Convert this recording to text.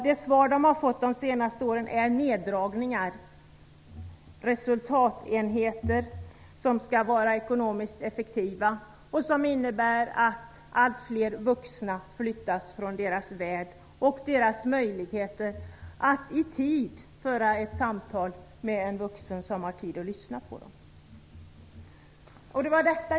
De svar som de har fått under de senaste åren är neddragningar och resultatenheter som skall vara ekonomiskt effektiva och som innebär att allt fler vuxna flyttas från deras värld, vilket minskar deras möjligheter att i tid föra ett samtal med en vuxen som har tid att lyssna på dem.